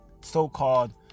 so-called